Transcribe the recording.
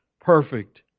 perfect